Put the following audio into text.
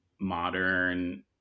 modern